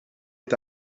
est